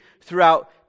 throughout